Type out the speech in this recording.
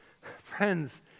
Friends